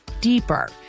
deeper